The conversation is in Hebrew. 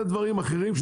אלה דברים אחרים.